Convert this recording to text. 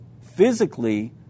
physically